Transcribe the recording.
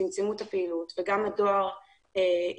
צמצמו את הפעילות וגם הדואר התארך.